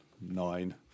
nine